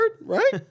right